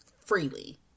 freely